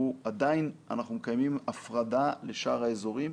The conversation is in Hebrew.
עדיין אנחנו מקיימים הפרדה לשאר האזורים,